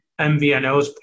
MVNOs